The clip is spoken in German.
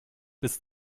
bis